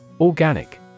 Organic